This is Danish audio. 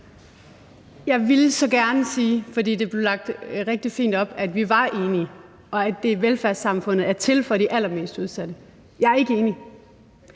Jeg ville så gerne sige – for det blev lagt rigtig fint op – at vi er enige, og at velfærdssamfundet er til for de allermest udsatte. Jeg er ikke enig.